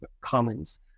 commons